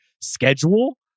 schedule